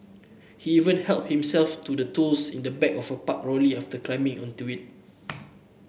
he even helped himself to the tools in the back of a parked lorry after climbing onto it